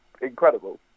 incredible